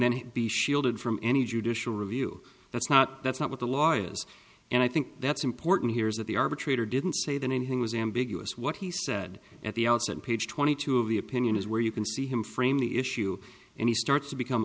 then he be shielded from any judicial review that's not that's not what the law is and i think that's important here is that the arbitrator didn't say that anything was ambiguous what he said at the outset page twenty two of the opinion is where you can see him frame the issue and he starts to become